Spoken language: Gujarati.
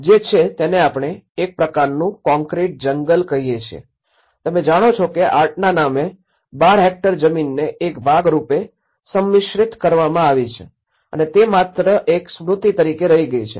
જે છે તેને આપણે એક પ્રકારનું કોંક્રિટ જંગલ કહીયે છીએ તમે જાણો છો કે આર્ટના નામે ૧૨ હેક્ટર જમીનને એક ભાગ રૂપે સંમિશ્રિત કરવામાં આવી છે અને તે માત્ર એક સ્મૃતિ તરીકે રહી ગઈ છે